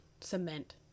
cement